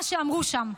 מה שאמרו שם.